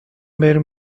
بریم